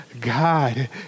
God